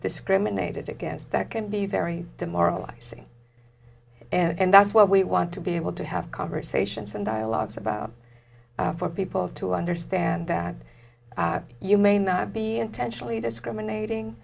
discriminated against that can be very demoralizing and that's what we want to be able to have conversations and dialogues about for people to understand that you may not be intentionally discriminating